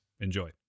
Enjoy